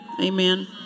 Amen